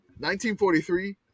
1943